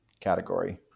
category